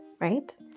right